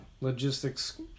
logistics